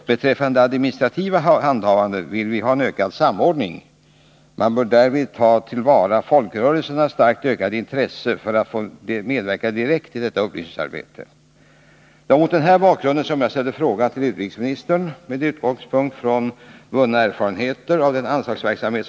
Beträffande det administrativa handhavandet vill vi ha en ökad samordning. Man bör därvid ta till vara folkrörelsernas starkt ökade intresse för att få medverka direkt i detta upplysningsarbete. Det var mot denna bakgrund som jag ställde frågan om utrikesmi stern med utgångspunkt från vunna erfarenheter av den anslagsverksamk.